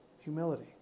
humility